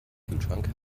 kühlschrank